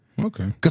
Okay